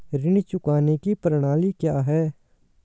ऋण चुकाने की प्रणाली क्या है?